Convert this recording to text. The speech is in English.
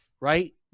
right